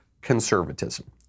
conservatism